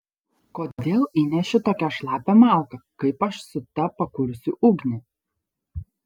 kodėl įneši tokią šlapią malką kaip aš su ta pakursiu ugnį